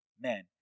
men